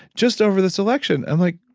just over this election. i'm like.